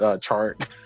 chart